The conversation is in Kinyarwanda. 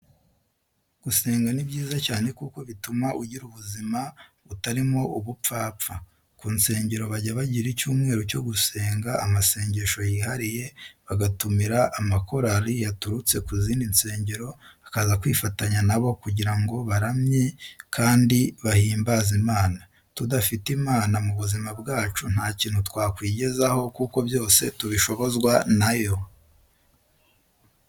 Gusenga ni byiza cyane kuko bituma ugira ubuzima butarimo ubupfapfa. Ku nsengero bajya bagira icyumweru cyo gusenga amasengesho yihariye, bagatumira amakorari yaturutse ku zindi nsengero akaza kwifatanya na bo kugira baramye kandi bahimbaze Imana. Tudafite Imana mu buzima bwacu nta kintu twakwigezaho kuko byose tubishobozwa na yo.